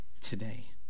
today